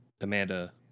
Amanda